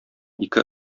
ике